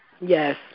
Yes